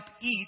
eat